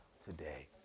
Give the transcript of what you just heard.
today